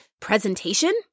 presentation